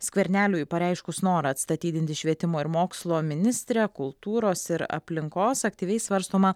skverneliui pareiškus norą atstatydinti švietimo ir mokslo ministrę kultūros ir aplinkos aktyviai svarstoma